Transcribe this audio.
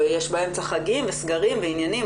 ויש באמצע חגים וסגרים ועניינים.